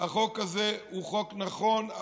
החוק הזה הוא חוק נכון,